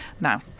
Now